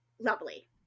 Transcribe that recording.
Lovely